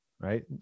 right